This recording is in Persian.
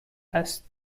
است